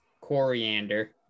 coriander